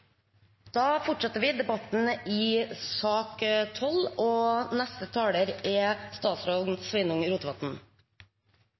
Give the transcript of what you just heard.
Da fortsetter vi debatten i sak nr. 12. Neste taler er statsråd